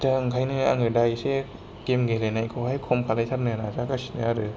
दा ओंखायनो आङो दा एसे गेम गेलेनायखौहाय खम खालायथारनो नाजागासिनो आरो